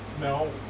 No